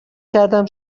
کردم